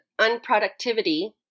unproductivity